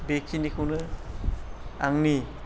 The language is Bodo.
बेखिनिखौनो आंनि